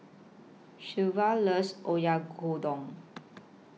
Shelva loves Oyakodon